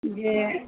जे